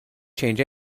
change